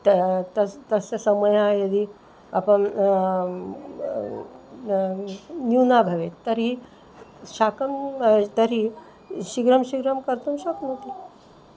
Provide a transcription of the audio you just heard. त तस्य तस्य समयः यदि अपि न्यूनः भवेत् तर्हि शाकं तर्हि शीघ्रं शीघ्रं कर्तुं शक्नोति